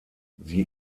sie